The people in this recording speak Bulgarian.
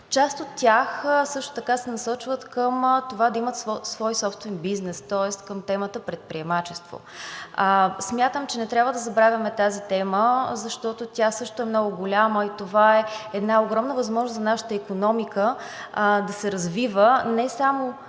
Част от тях също така се насочват към това да имат свой собствен бизнес, тоест към темата „Предприемачество“. Смятам, че не трябва да забравяме тази тема, защото тя също е много голяма и това е една огромна възможност за нашата икономика да се развива, а не само